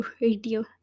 radio